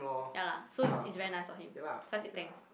ya lah so is very nice of him so I said thanks